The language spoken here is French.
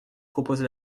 propose